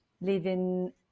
living